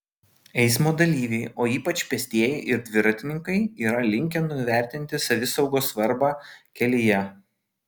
eismo dalyviai o ypač pėstieji ir dviratininkai yra linkę nuvertinti savisaugos svarbą kelyje